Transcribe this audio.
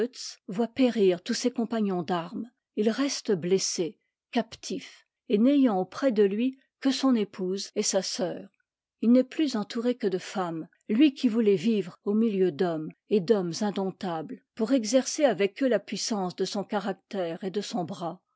voit périr tous ses compagnons d'armes il reste blessé captif et n'ayant auprès de lui que son épouse'et sa sœur i n'est plus entouré que de femmes lui qui voulait vivre au milieu d'hommes et d'hommes indomptables pour exercer avec eux la puissance de son caractère et de son bras